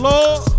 Lord